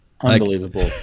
Unbelievable